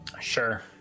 Sure